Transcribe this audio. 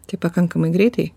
tai pakankamai greitai